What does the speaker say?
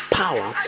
power